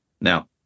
now